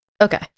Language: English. okay